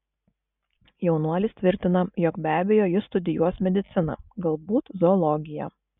jaunuolis tvirtina jog be abejo jis studijuos mediciną galbūt zoologiją